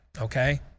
okay